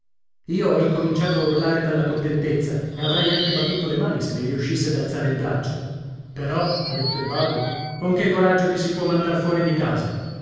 io ho incominciato a urlare dalla contentezza e avrei anche battuto le mani se mi riuscisse d'alzare il braccio però ha detto il babbo con che coraggio ti si può mandar fuori di casa